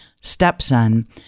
stepson –